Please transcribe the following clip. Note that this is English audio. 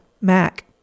Mac